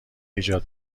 ایجاد